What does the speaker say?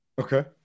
Okay